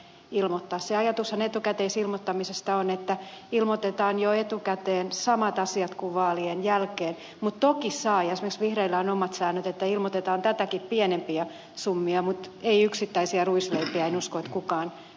se ajatushan etukäteisilmoittamisesta on että ilmoitetaan jo etukäteen samat asiat kuin vaalien jälkeen mutta toki saa ja esimerkiksi vihreillä on omat säännöt ilmoittaa tätäkin pienempiä summia mutta ei yksittäisiä ruisleipiä en usko että kukaan äänestäjäkään kaipaa